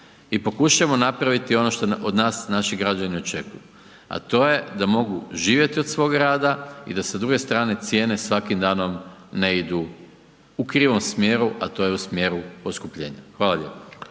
i pokušajmo napraviti ono što od nas naši građani očekuju, a to je da mogu živjeti od svoga rada i da sa druge strane cijene svakim danom ne idu u krivom smjeru, a to je u smjeru poskupljenja. Hvala lijepo.